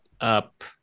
up